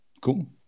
Cool